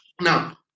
now